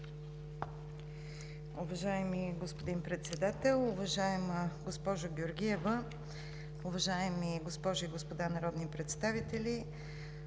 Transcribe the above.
Уважаема госпожо Председател, уважаема госпожо Нинова, уважаеми дами и господа народни представители!